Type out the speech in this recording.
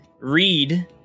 read